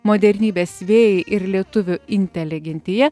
modernybės vėjai ir lietuvių inteligentija